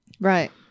Right